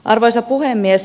arvoisa puhemies